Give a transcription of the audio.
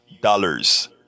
dollars